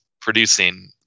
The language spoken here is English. producing